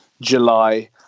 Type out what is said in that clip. July